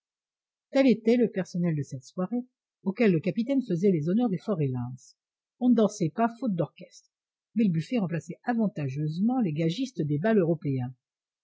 tel était le personnel de cette soirée auquel le capitaine faisait les honneurs du fort reliance on ne dansait pas faute d'orchestre mais le buffet remplaçait avantageusement les gagistes des bals européens